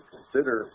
Consider